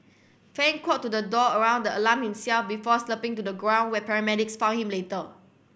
fan crawled to the door around the alarm himself before slumping to the ground where paramedics found him later